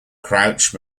crouch